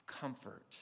comfort